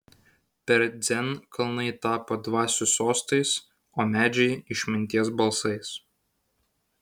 per dzen kalnai tapo dvasių sostais o medžiai išminties balsais